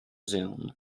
zoom